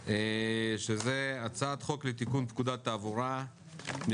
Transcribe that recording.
10:55.